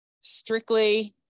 strictly